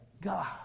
God